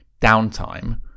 downtime